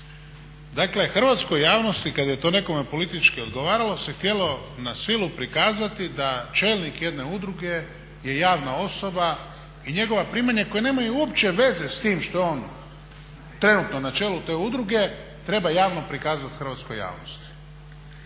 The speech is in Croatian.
Dakle, hrvatskoj javnosti kad je to nekome politički odgovaralo se htjelo na silu prikazati da čelnik jedne udruge je javna osoba i njegova primanja koja nemaju uopće veze s tim što je on trenutno na čelu te udruge treba javno prikazati hrvatskoj javnosti.